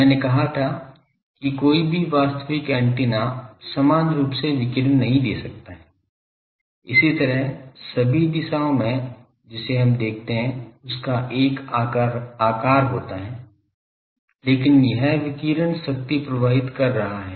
मैंने कहा था कि कोई भी वास्तविक एंटीना समान रूप से विकिरण नहीं दे सकता है इसी तरह सभी दिशाओं में जिसे हम देखेंगे उसका एक आकर होता है लेकिन यह विकिरण शक्ति प्रवाहित कर रहा है